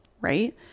right